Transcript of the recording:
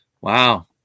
wow